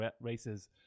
races